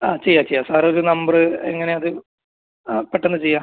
ആ ചെയ്യാം ചെയ്യാം സാർ ഒരു നമ്പറ് എങ്ങനെയാണ് അത് ആ പെട്ടെന്ന് ചെയ്യുക